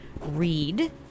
Read